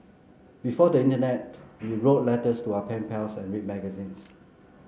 before the internet we wrote letters to our pen pals and read magazines